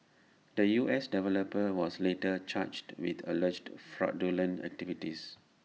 the U S developer was later charged with alleged fraudulent activities